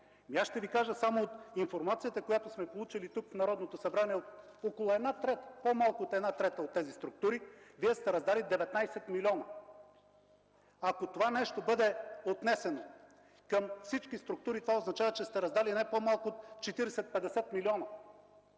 Аз ще Ви кажа: само от информацията, която сме получили тук, в Народното събрание, от по-малко от една трета от тези структури, личи – Вие сте раздали 19 милиона. Ако това бъде отнесено към всички структури, то означава, че сте раздали не по-малко от 40-50 млн.